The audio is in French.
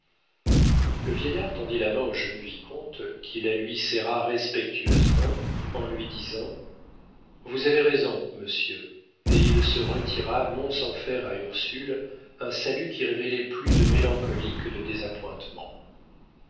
le vieillard tendit la main au jeune vicomte qui la lui serra respectueusement en lui disant vous avez raison monsieur et il se retira non sans faire à ursule un salut qui révélait plus de mélancolie que de